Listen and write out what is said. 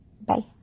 Bye